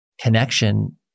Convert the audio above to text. connection